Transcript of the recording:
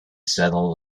settle